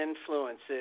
influences